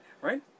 Right